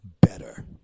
better